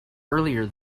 earlier